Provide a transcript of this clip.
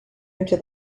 into